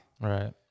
Right